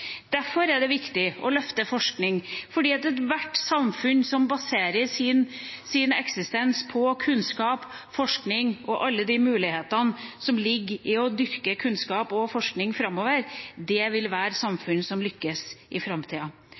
Derfor er det viktig å løfte forskning, fordi ethvert samfunn som baserer sin eksistens på kunnskap, forskning og alle de mulighetene som ligger i å dyrke kunnskap og forskning framover, vil være samfunn som lykkes i framtida.